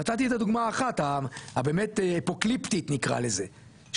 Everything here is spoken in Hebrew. נתתי את הדוגמא אחת הבאמת אפוקליפטית נקרא לזה,